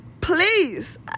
Please